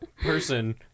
person